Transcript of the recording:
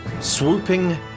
Swooping